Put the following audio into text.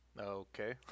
Okay